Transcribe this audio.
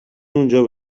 اونجا